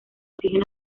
oxígeno